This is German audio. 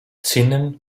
zinnen